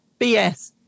BS